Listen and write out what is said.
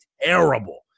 terrible